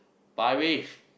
five ways